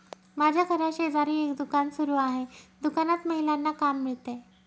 माझ्या घराशेजारी एक दुकान सुरू आहे दुकानात महिलांना काम मिळते